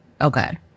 Okay